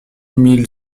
mille